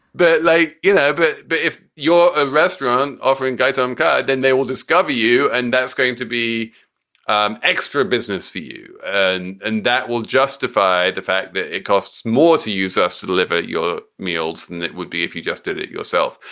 but like, you know. but but if you're a restaurant offering guy tomka, then they will discover you. and that's going to be um extra business for you. and and that will justify the fact that it costs more to use us to deliver your meals than it would be if you just did it yourself.